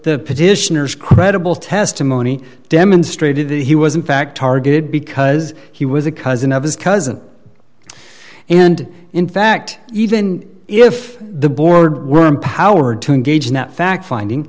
the petitioners credible testimony demonstrated that he was in fact targeted because he was a cousin of his cousin and in fact even if the board were empowered to engage in that fact finding